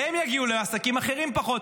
והם יגיעו לעסקים אחרים פחות.